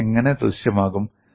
ഇത് എങ്ങനെ ദൃശ്യമാകും